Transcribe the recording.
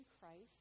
Christ